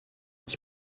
ich